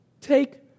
Take